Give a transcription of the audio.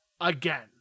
again